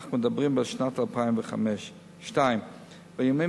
אנחנו מדברים על שנת 2005. 2. בימים